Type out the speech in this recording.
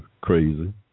crazy